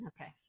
okay